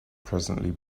presently